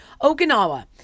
Okinawa